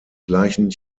gleichen